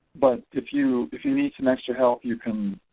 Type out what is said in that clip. but if you if you need some extra help you can